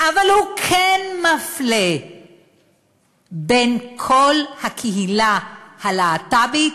אבל הוא כן מפלה בין כל הקהילה הלהט"בית